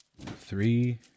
Three